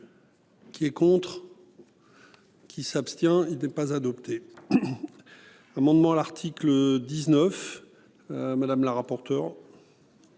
Qui est contre. Qui s'abstient. Il n'est pas adopté. Amendement l'article 19. Madame la rapporteure.